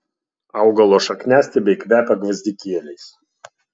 augalo šakniastiebiai kvepia gvazdikėliais